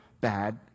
bad